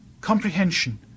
comprehension